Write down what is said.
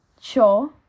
sure